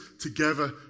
together